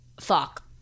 Fuck